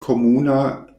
komuna